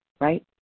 right